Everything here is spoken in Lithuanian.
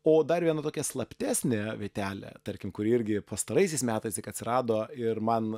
o dar viena tokia slaptesnė vietelė tarkim kuri irgi pastaraisiais metais tik atsirado ir man